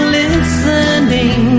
listening